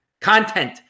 content